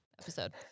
episode